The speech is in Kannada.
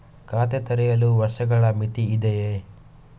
ಖಾತೆ ತೆರೆಯಲು ವರ್ಷಗಳ ಮಿತಿ ಇದೆಯೇ?